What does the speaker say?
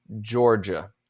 Georgia